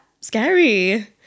Scary